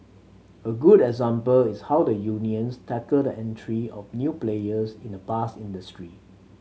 a good example is how the unions tackled the entry of new players in the bus industry